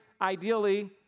ideally